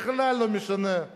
בכלל לא משנה אם